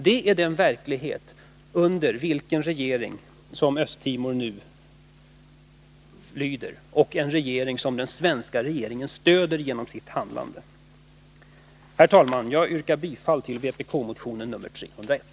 Det är verkligheten under den regering som Östtimor nu lyder under och som den svenska regeringen genom sitt handlande stöder. Herr talman! Jag yrkar bifall till vpk-motionen 301.